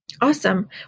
Awesome